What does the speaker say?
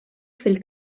fil